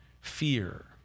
fear